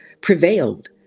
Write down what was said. prevailed